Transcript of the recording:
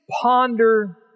ponder